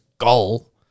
goal